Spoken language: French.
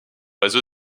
réseau